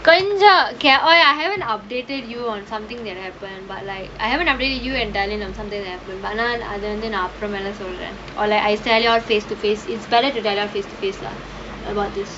கொஞ்சம்:konjam okay I haven't updated you on something that happen but like I haven't update you and darlene on sunday நான் அது வந்து நான் அப்புறமா எல்லா சொல்றேன்:naan athu vanthu naan appuramaa ellaa solraen like I said you all face to face is better to say face to face lah about this